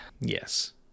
Yes